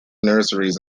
nurseries